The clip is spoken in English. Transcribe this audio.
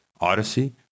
Odyssey